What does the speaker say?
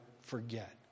forget